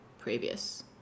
previous